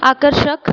आकर्षक